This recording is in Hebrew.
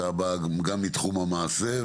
אתה בא גם מתחום המעשה,